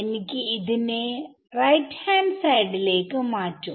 എനിക്ക് നെ RHS ലേക്ക് മാറ്റും